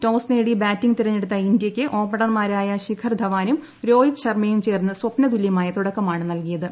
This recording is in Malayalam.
ടോസ് നേടി ബാറ്റിംഗ് തെരെഞ്ഞെടുത്ത ഇന്ത്യയ്ക്ക് ഓപ്പണർമാരായ ശിഖർധവാനും രോഹിത് ശർമയും ചേർന്ന് സ്വപ്നതുല്യമായ തുടക്കമാണ് നൽകിയത്